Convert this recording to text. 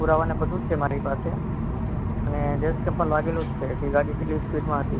પુરાવા અને બધું જ છે મારી પાસે અને ડૅડ સ્કેલ પણ લાગેલું જ છે કે ગાડી કેટલી સ્પીડમાં હતી